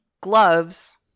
gloves